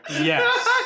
yes